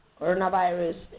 coronavirus